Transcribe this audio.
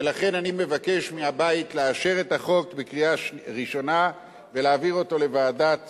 ולכן אני מבקש מהבית לאשר את החוק בקריאה ראשונה ולהעבירו לוועדת